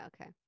Okay